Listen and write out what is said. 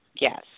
Yes